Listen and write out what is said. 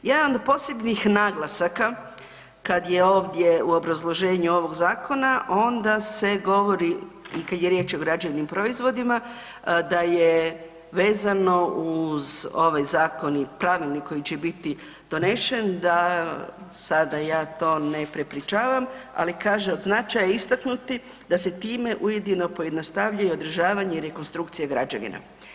Jedan od posebnih naglasaka kad je ovdje u obrazloženju ovog zakona onda se govori i kad je riječ o građevnim proizvodima, da je vezano uz ovaj zakon i Pravilnik koji će biti donešen da sada ja to ne prepričavam, ali kaže od značaja je istaknuti da se time ujedno pojednostavljuje i održavanje i rekonstrukcija građevina.